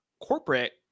corporate